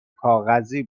کاغذی